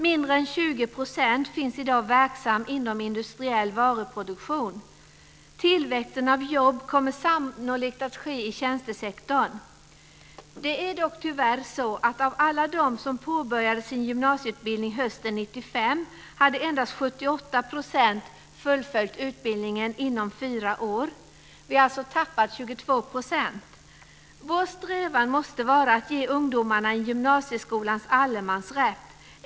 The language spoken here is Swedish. Mindre än 20 % finns i dag verksamma inom industriell varuproduktion. Tillväxten av jobb kommer sannolikt att ske i tjänstesektorn. Det är dock tyvärr så att av alla dem som påbörjade sin gymnasieutbildning hösten 1995 hade endast 78 % fullföljt utbildningen inom fyra år. Vi har alltså tappat 22 %. Vår strävan måste vara att ge ungdomarna en gymnasieskolans allemansrätt.